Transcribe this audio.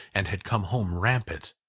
and had come home rampant.